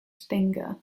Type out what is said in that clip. stinger